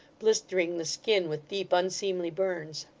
blistering the skin with deep unseemly burns.